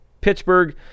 Pittsburgh